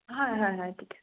হয় হয় হয় ঠিক আছে